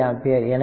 25 ampere